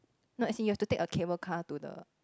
no as in you have to take a cable car to the